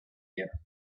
year